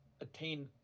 attain